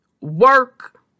work